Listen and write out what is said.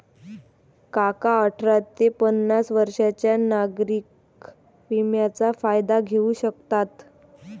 काका अठरा ते पन्नास वर्षांच्या नागरिक विम्याचा फायदा घेऊ शकतात